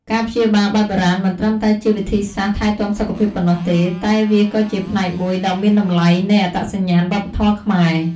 ការព្យាបាលបែបបុរាណមិនត្រឹមតែជាវិធីសាស្ត្រថែទាំសុខភាពប៉ុណ្ណោះទេ តែវាក៏ជាផ្នែកមួយដ៏មានតម្លៃនៃអត្តសញ្ញាណវប្បធម៌ខ្មែរ។